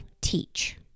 teach